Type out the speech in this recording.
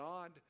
God